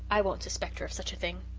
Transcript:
i won't suspect her of such a thing.